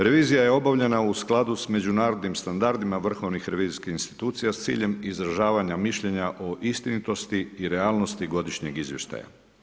Revizija je obavljena u skladu sa međunarodnim standardima vrhovnih revizijskih institucija s ciljem izražavanja mišljenja o istinitosti i realnosti godišnjeg izvještaja.